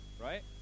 right